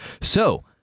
So-